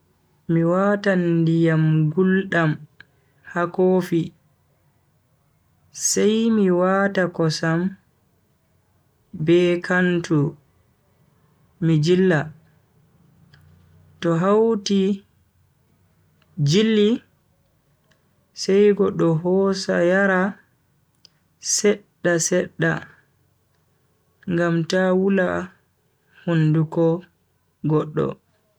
Mi watan ndiyam guldam ha kofi sai mi wata kosam be kantu mi jilla. to hauti jilli sai goddo hosa yara sedda sedda ngam ta wula hunduko goddo.